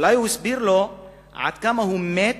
אולי הוא הסביר לו עד כמה הוא מת